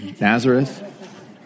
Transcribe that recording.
Nazareth